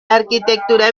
arquitectura